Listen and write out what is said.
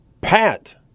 Pat